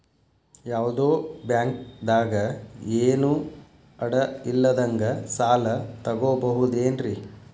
ಯಾವ್ದೋ ಬ್ಯಾಂಕ್ ದಾಗ ಏನು ಅಡ ಇಲ್ಲದಂಗ ಸಾಲ ತಗೋಬಹುದೇನ್ರಿ?